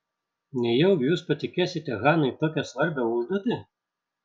nejaugi jūs patikėsite hanai tokią svarbią užduotį